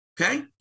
Okay